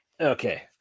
okay